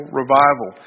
revival